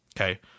Okay